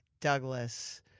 Douglas